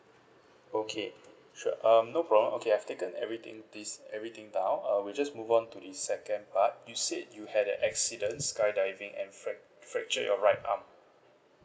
okay sure um no problem okay I've taken everything this everything down uh we'll just move on to the second part you said you had an accidents skydiving and frac~ fractured your right arm